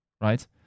Right